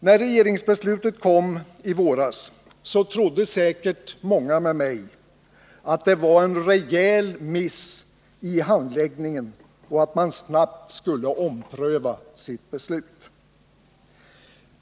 När regeringsbeslutet kom i våras trodde säkerligen många med mig att det skett en rejäl miss i handläggningen och att man snabbt skulle ompröva sitt beslut.